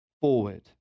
forward